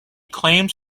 claims